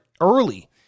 early